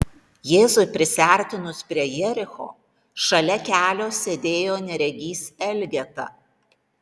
jėzui prisiartinus prie jericho šalia kelio sėdėjo neregys elgeta